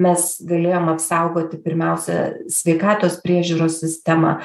mes galėjom apsaugoti pirmiausia sveikatos priežiūros sistemą